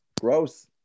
gross